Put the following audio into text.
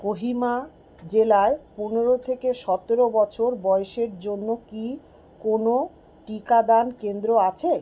কোহিমা জেলায় পনেরো থেকে সতেরো বছর বয়সের জন্য কি কোনও টিকাদান কেন্দ্র আছে